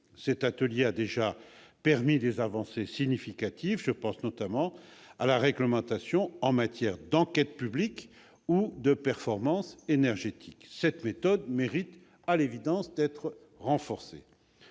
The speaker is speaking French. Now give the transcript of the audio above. Cet atelier a déjà permis des avancées significatives. Je pense notamment à la réglementation en matière d'enquête publique ou de performance énergétique. Cette méthode mérite à l'évidence d'être renforcée.